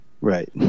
Right